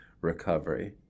recovery